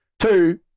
Two